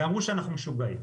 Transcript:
ואמרו שאנחנו משוגעים.